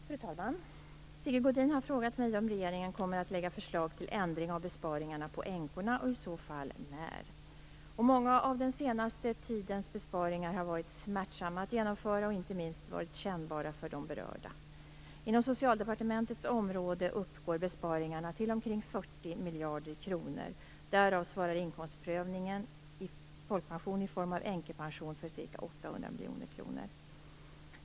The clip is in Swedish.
Fru talman! Sigge Godin har frågat mig om regeringen kommer att lägga fram förslag till ändring av besparingarna på änkorna och i så fall när. Många av den senaste tidens besparingar har varit smärtsamma att genomföra och inte minst kännbara för de berörda. Inom Socialdepartementets område uppgår besparingarna till omkring 40 miljarder kronor. Därav svarar inkomstprövningen av folkpension i form av änkepension för ca 800 miljoner kronor.